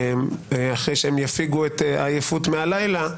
אחרי שהם יפיגו את העייפות מהלילה,